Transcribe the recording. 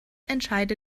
entscheide